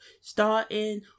starting